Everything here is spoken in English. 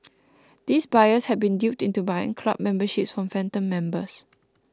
these buyers had been duped into buying club memberships from phantom members